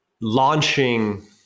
launching